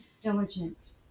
diligent